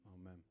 Amen